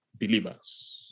believers